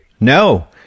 No